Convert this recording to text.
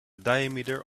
diameter